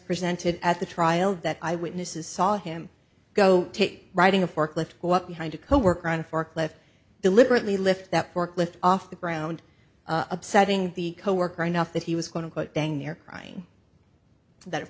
presented at the trial that eyewitnesses saw him go riding a forklift up behind a coworker on a forklift deliberately lift that forklift off the ground upsetting the coworker enough that he was going to quote dang near crying that of